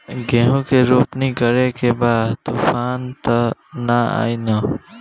गेहूं के रोपनी करे के बा तूफान त ना आई न?